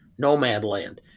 Nomadland